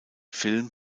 film